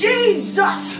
Jesus